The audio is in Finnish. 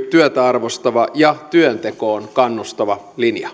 näkyy työtä arvostava ja työntekoon kannustava linja